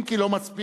אם כי לא מספיק,